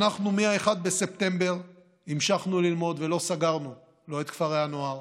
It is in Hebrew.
אנחנו מ-1 בספטמבר המשכנו ללמוד ולא סגרנו לא את כפרי הנוער,